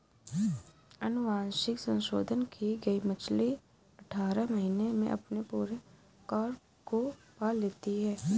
अनुवांशिक संशोधन की गई मछली अठारह महीने में अपने पूरे आकार को पा लेती है